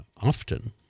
often